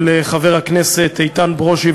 התשע"ו 2016, של חבר הכנסת איתן ברושי.